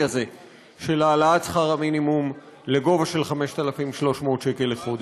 הזה של העלאת שכר המינימום לסכום של 5,300 שקל לחודש.